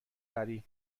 غریق